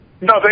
No